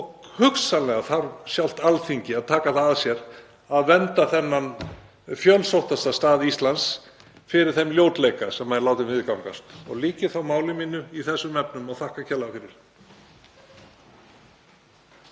Og hugsanlega þarf sjálft Alþingi að taka það að sér að vernda þennan fjölsóttasta stað Íslands fyrir þeim ljótleika sem er látinn viðgangast. Lýk ég þá máli mínu í þessum efnum og þakka kærlega fyrir.